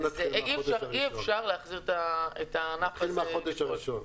נתחיל מהחודש הראשון.